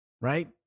right